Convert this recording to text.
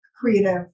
creative